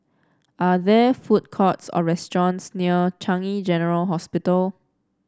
are there food courts or restaurants near Changi General Hospital